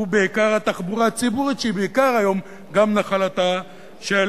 ובעיקר התחבורה הציבורית שהיום היא בעיקר גם נחלתה של